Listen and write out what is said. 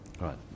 Right